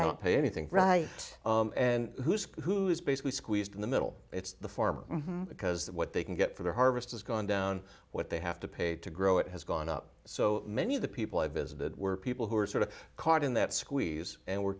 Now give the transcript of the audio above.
don't pay anything right and who's who's basically squeezed in the middle it's the farmer because that what they can get for their harvest is gone down what they have to pay to grow it has gone up so many of the people i visited were people who were sort of caught in that squeeze and were